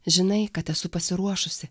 žinai kad esu pasiruošusi